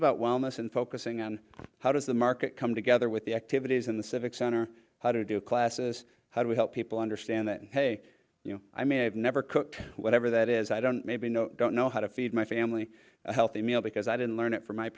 about wellness and focusing on how does the market come together with the activities in the civic center how to do classes how do we help people understand that hey you know i may have never cooked whatever that is i don't maybe don't know how to feed my family a healthy meal because i didn't learn it from my